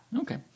Okay